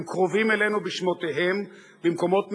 הם קרובים אלינו בשמותיהם, במקומות מגוריהם,